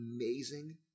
amazing